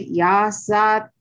yasat